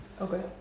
Okay